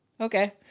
Okay